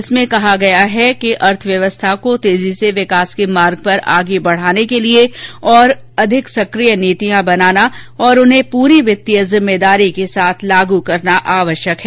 इसमें कहा गया है कि अर्थव्यवस्था को तेजी से विकास के मार्ग पर आगे बढ़ाने के लिए और अधिक सक्रिय नीतियां बनाना और उन्हें पूरी वित्तीय जिम्मेदारी के साथ लागू करना आवश्यक है